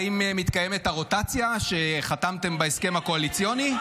האם מתקיימת הרוטציה שחתמתם בהסכם הקואליציוני?